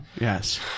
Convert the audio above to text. Yes